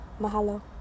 Mahalo